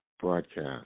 broadcast